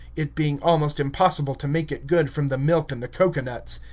it being almost impossible to make it good from the milk in the cocoanuts.